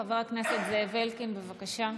חבר הכנסת זאב אלקין, בבקשה,